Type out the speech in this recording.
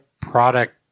Product